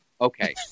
Okay